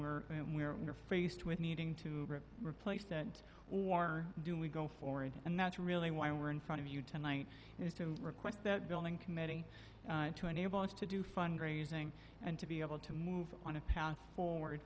we're where we are faced with needing to replace that or do we go forward and that's really why we're in front of you tonight is to request that building committee to enable us to do fund raising and to be able to move on a path for